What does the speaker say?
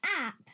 app